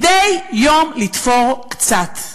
מדי יום לתפור קצת,